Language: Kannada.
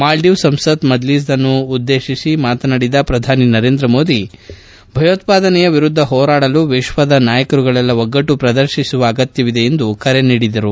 ಮಾಲ್ಲೀವ್ಸ್ ಸಂಸತ್ ಮಜ್ಲಸ್ ಆನ್ನು ಉದ್ಲೇತಿಸಿ ಮಾತನಾಡಿದ ಪ್ರಧಾನಿ ನರೇಂದ್ರ ಮೋದಿ ಭಯೋತ್ಪಾದನೆಯ ಎರುದ್ದ ಹೋರಾಡಲು ವಿಶ್ವದ ನಾಯಕರುಗಳೆಲ್ಲಾ ಒಗ್ಗಟ್ಟು ಪ್ರದರ್ಶಿಸುವ ಆಗತ್ಯವಿದೆ ಎಂದು ಕರೆ ನೀಡಿದ ಅವರು